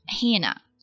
Hannah